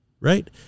right